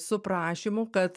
su prašymu kad